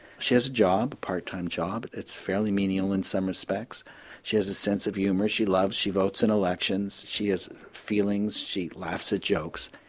she has a job, a part time job, it's fairly menial in some respects she has a sense of humour, she loves, she votes in elections, she has feelings, she laughs at jokes.